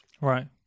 right